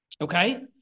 Okay